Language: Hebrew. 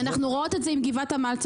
אנחנו רואות את זה עם גבעת עמל,